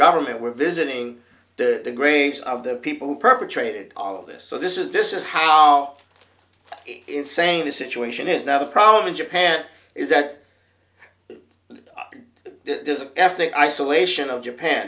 government were visiting the graves of the people who perpetrated all of this so this is this is how insane the situation is now the problem in japan is that there's an ethnic isolation of japan